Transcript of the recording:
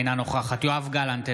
אינה נוכחת יואב גלנט,